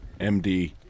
MD